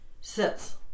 sits